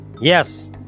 yes